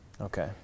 okay